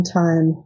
time